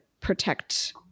protect